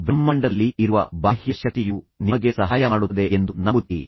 ಬ್ರಹ್ಮಾಂಡದಲ್ಲಿ ಇರುವ ಬಾಹ್ಯ ಶಕ್ತಿಯು ನಿಮಗೆ ಸಹಾಯ ಮಾಡುತ್ತದೆ ಎಂದು ನೀವು ನಂಬುತ್ತೀರಿ